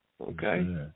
okay